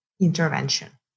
intervention